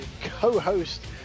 co-host